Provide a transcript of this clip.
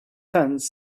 tents